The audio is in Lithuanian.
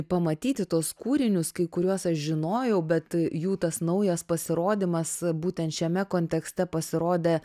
pamatyti tuos kūrinius kai kuriuos aš žinojau bet jų tas naujas pasirodymas būtent šiame kontekste pasirodė